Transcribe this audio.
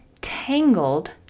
tangled